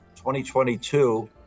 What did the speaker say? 2022